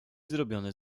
zrobiony